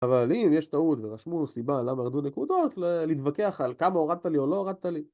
אבל אם יש טעות ורשמו סיבה למה הורידו נקודות, להתווכח על כמה הורדת לי או לא הורדת לי.